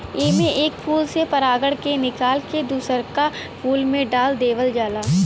एमे एक फूल के परागण के निकाल के दूसर का फूल में डाल देवल जाला